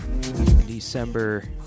December